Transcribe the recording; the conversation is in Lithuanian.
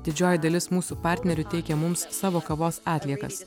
didžioji dalis mūsų partnerių teikia mums savo kavos atliekas